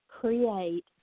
create